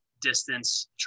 distance